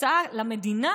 התוצאה למדינה